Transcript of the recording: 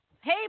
hey